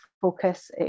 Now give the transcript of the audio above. focus